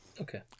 Okay